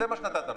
זה מה שנתת לו.